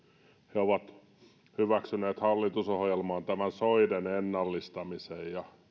he ovat hyväksyneet hallitusohjelmaan soiden ennallistamisen